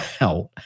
out